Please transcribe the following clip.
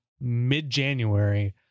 mid-January